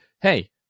hey